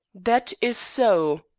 that is so,